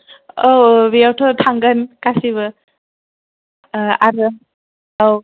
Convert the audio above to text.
औ बेयावथ' थांगोन गासिबो आङो औ